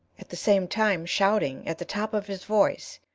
at the same time shouting, at the top of his voice,